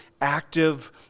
active